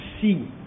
see